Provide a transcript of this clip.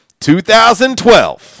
2012